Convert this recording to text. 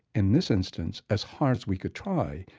in this instance, as hard as we could try,